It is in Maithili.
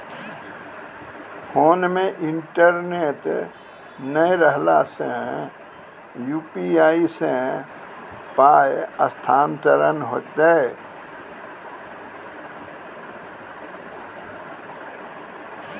फोन मे इंटरनेट नै रहला सॅ, यु.पी.आई सॅ पाय स्थानांतरण हेतै?